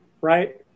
right